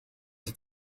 die